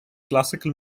classical